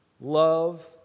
love